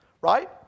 Right